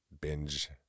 binge